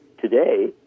Today